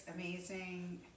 amazing